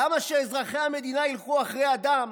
למה שאזרחי המדינה ילכו אחרי אדם